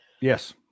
Yes